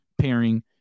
pairing